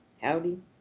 Howdy